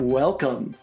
welcome